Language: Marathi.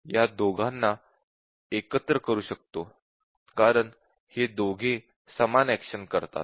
आपण या दोघांना एकत्र करू शकतो कारण हे दोघे समान एक्शन करतात